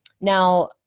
Now